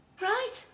Right